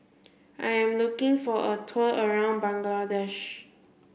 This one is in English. I am looking for a tour around Bangladesh